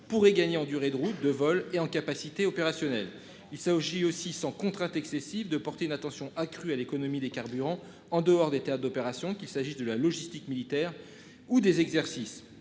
pourrait gagner en durée de route de vol et en capacité opérationnelle il ça aussi sans contrainte excessive de porter une attention accrue à l'économie des carburants en dehors des théâtres d'opérations qu'il s'agisse de la logistique militaire ou des exercices